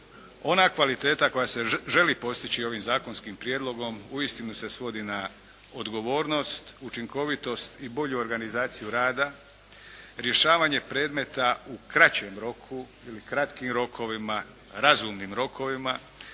ona kvaliteta koja se želi postići ovim zakonskim prijedlogom uistinu se svodi na odgovornost, učinkovitost i bolju organizaciju rada, rješavanje predmeta u kraćem roku ili kratkim rokovima, razumnim rokovima,